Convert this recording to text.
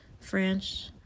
French